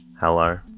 Hello